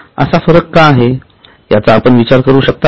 असा फरक का आहे याचा आपण विचार करू शकता का